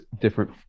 different